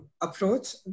approach